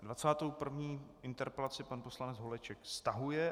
Dvacátou první interpelaci pan poslanec Holeček stahuje.